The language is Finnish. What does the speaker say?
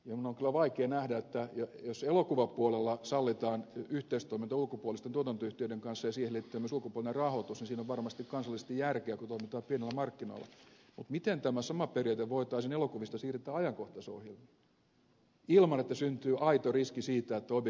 juna tuo vaikea nähdä että jos elokuvapuolella sallitaan yhteistoiminta ulkopuolisten tuotantoyhtiöiden kanssa ja siihen liittyen myös ulkopuolinen rahoitus niin siinä on varmasti kansallisesti järkeä kun toimitaan pienillä markkinoilla mutta miten tämä sama periaate voitaisiin elokuvista siirtää ajankohtaisohjelmiin ilman että syntyy aito riski siitä että objektiivisuus vaarantuu